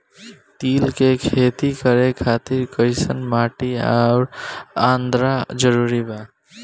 तिल के खेती करे खातिर कइसन माटी आउर आद्रता जरूरी बा?